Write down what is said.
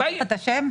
שכחת את השם?